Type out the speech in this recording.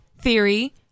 theory